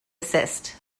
assist